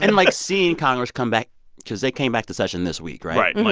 and like, seeing congress come back cause they came back to session this week, right? and yeah